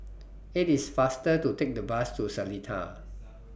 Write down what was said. IT IS faster to Take The Bus to Seletar